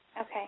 Okay